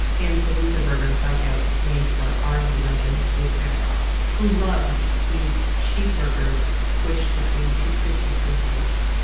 and the luther burger, sidenote, it's named for r and b legend luther vandross, who loved these cheeseburgers squished between two krispy kreme donuts.